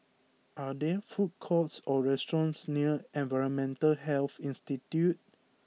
are there food courts or restaurants near Environmental Health Institute